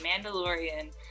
Mandalorian